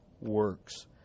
works